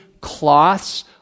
cloths